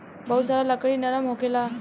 बहुत सारा लकड़ी नरम होखेला